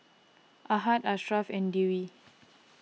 Ahad Ashraff and Dewi